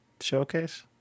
showcase